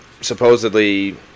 supposedly